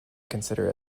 consider